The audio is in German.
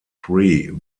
three